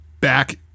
back